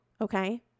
Okay